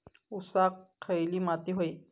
ऊसाक खयली माती व्हयी?